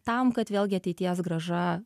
tam kad vėlgi ateities grąža